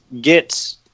get